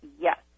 yes